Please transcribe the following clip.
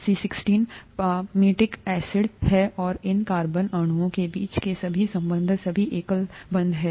C16 palmitic acid है और इन कार्बन अणुओं के बीच के सभी बंधन सभी एकल बंधन हैं